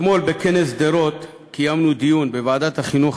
אתמול בכנס שדרות קיימנו דיון של ועדת החינוך,